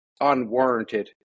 unwarranted